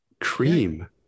cream